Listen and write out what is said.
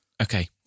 Okay